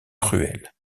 cruelle